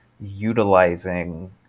utilizing